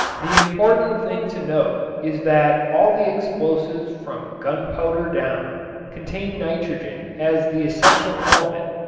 the important thing to note is that all the explosives from gunpowder down contain nitrogen as the essential element.